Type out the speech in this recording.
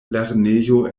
lernejo